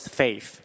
faith